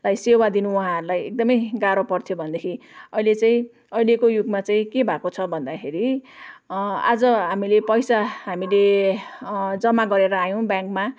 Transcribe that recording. लाई सेवा दिनु उहाँहरूलाई एकदमै गाह्रो पर्थ्यो भनेदेखि अहिले चाहिँ अहिलेको युगमा चाहिँ के भएको छ भन्दाखेरि आज हामीले पैसा हामीले जम्मा गरेर आयौँ ब्याङ्कमा